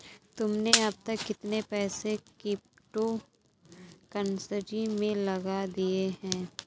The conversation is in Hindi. तुमने अब तक कितने पैसे क्रिप्टो कर्नसी में लगा दिए हैं?